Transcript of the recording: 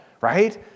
right